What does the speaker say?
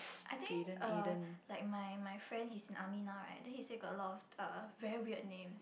I think uh like my my friend he's in army now right then he say got a lot uh very weird names